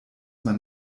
man